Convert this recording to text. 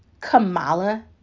Kamala